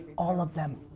all of them.